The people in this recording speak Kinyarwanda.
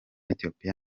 ethiopia